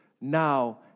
now